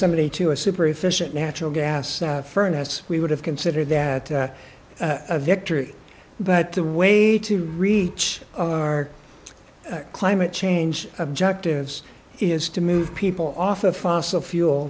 somebody to a super efficient natural gas furnace we would have considered that a victory but the way to reach our climate change objectives is to move people off of fossil fuel